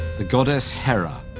the goddess hera,